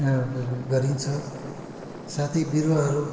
गरिन्छ साथै बिरुवाहरू